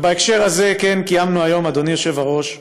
ובהקשר הזה, כן, קיימנו היום, אדוני היושב-ראש,